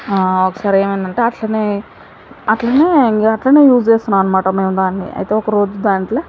ఒకసారి ఏమైందంటే అట్లనే అట్లనే ఇంకా అట్లనే యూజ్ చేస్తున్నాము అన్నమాట మేము దాన్ని అయితే ఒకరోజు దాంట్లో